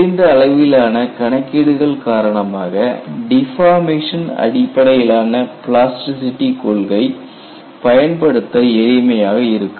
குறைந்த அளவிலான கணக்கீடுகள் காரணமாக டிபார்மேஷன் அடிப்படையிலான பிளாஸ்டிசிட்டி கொள்கை பயன்படுத்த எளிமையாக இருக்கும்